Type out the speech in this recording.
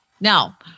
Now